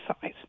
size